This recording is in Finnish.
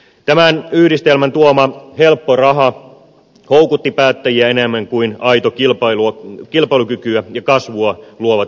tämän yhdistelmän tuoma helppo raha houkutti päättäjiä enemmän kuin aitoa kilpailukykyä ja kasvua luovat vaikeat päätökset